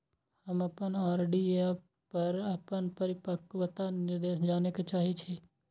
हम अपन आर.डी पर अपन परिपक्वता निर्देश जाने के चाहि छी